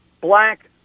black